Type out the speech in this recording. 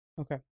Okay